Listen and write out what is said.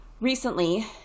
Recently